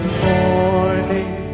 morning